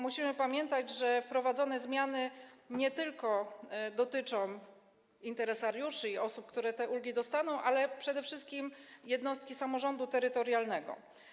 Musimy pamiętać, że wprowadzone zmiany dotyczą nie tylko interesariuszy i osób, które te ulgi otrzymają, ale przede wszystkim jednostek samorządu terytorialnego.